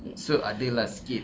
so ada lah sikit